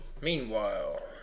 Meanwhile